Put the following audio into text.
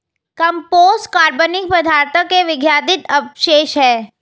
compost कार्बनिक पदार्थों के विघटित अवशेष हैं